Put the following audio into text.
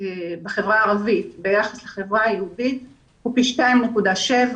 הוא פי 2.7,